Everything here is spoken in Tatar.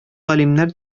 галимнәр